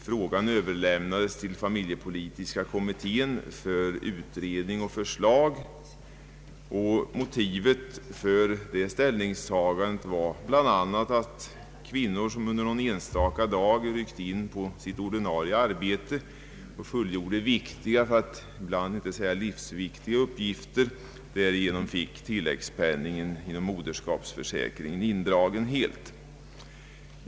Frågan överlämnades till familjepolitiska kommittén för utredning och förslag. Motivet för detta ställningstagande var bl.a. att kvinnor som någon enstaka dag ryckte in på sitt ordinarie arbete och fullgjorde viktiga för att inte säga livsviktiga uppgifter fick tillläggssjukpenningen indragen.